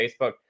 Facebook